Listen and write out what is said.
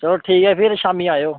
चलो ठीक ऐ फिर शाम्मी आयो